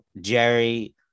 Jerry